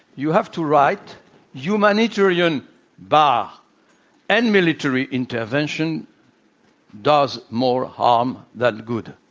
you have to write humanitarian bar and military intervention does more harm than good.